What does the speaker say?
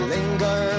Linger